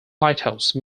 lighthouse